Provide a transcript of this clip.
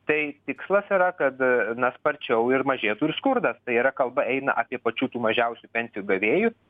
tai tikslas yra kad na sparčiau ir mažėtų ir skurdas tai yra kalba eina apie pačių tų mažiausių pensijų gavėju